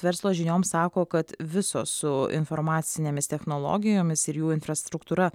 verslo žinioms sako kad visos su informacinėmis technologijomis ir jų infrastruktūra